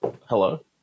Hello